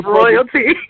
royalty